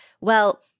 Well-